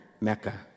Mecca